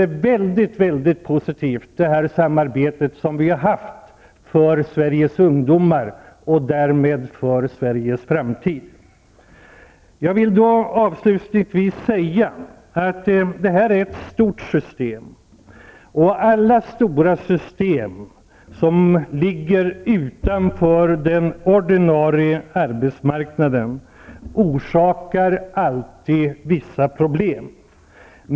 Men jag upplever att detta samarbete har varit positivt för Sveriges ungdomar och därmed också för Sveriges framtid. Jag vill avslutningsvis säga att detta är ett stort system. Alla stora system som ligger utanför den ordinarie arbetsmarknaden orsakar vissa problem.